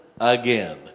again